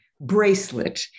bracelet